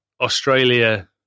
Australia